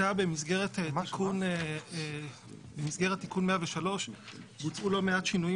במסגרת תיקון 103 בוצעו לא מעט שינויים